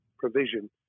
provision